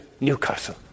Newcastle